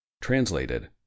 translated